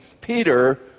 Peter